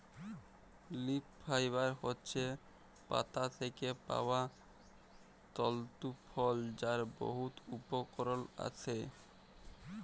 leaf fibre হছে পাতা থ্যাকে পাউয়া তলতু ফল যার বহুত উপকরল আসে